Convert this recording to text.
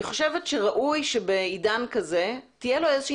אני חושבת שראוי שבעידן כזה תהיה לו איזושהי